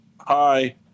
Hi